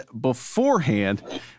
beforehand